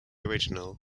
original